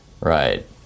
Right